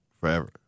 forever